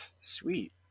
Sweet